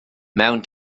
mewn